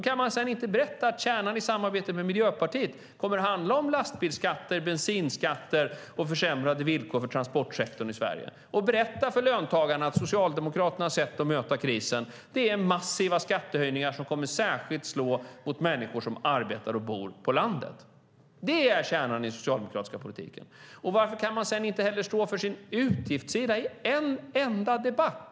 Kan ni inte berätta att kärnan i samarbetet med Miljöpartiet kommer att handla om lastbilsskatter, bensinskatter och försämrade villkor för transportsektorn i Sverige? Kan ni inte berätta för löntagarna att Socialdemokraternas sätt att möta krisen är massiva skattehöjningar som särskilt kommer att slå mot människor som bor och arbetar på landet? Detta är kärnan i den socialdemokratiska politiken. Varför kan man inte heller stå för sin utgiftssida i en enda debatt?